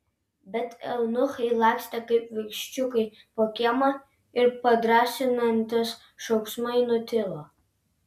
bet eunuchai lakstė kaip viščiukai po kiemą ir padrąsinantys šauksmai nutilo